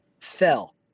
fell